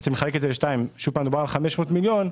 אתה מחלק את זה לשתיים - מדובר על 500 מיליון,